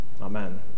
Amen